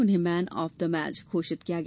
उन्हें man of the match घोषित किया गया